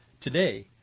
today